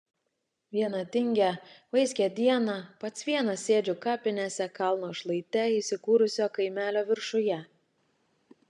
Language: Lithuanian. vieną tingią vaiskią dieną pats vienas sėdžiu kapinėse kalno šlaite įsikūrusio kaimelio viršuje